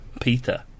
Peter